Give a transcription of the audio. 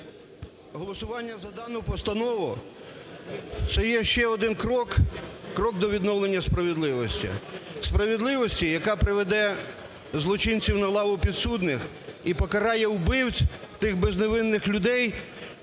Голосування за дану постанову – це є ще один крок, крок до відновлення справедливості. Справедливості, яка приведе злочинців на лаву підсудних і покарає убивць, тих безневинних людей,